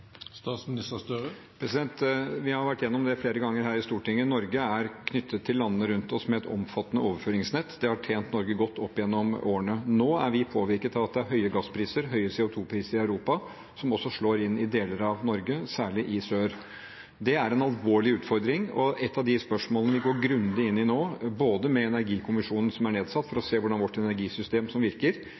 Vi har vært gjennom dette flere ganger her i Stortinget. Norge er knyttet til landene rundt oss med et omfattende overføringsnett. Det har tjent Norge godt opp gjennom årene. Nå er vi påvirket av at det er høye gasspriser, høye CO 2 -priser, i Europa, som også slår inn i deler av Norge, særlig i sør. Det er en alvorlig utfordring og et av de spørsmålene vi går grundig inn i nå med energikommisjonen som er nedsatt for å se hvordan vårt energisystem virker.